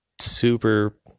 super